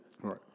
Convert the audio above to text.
Right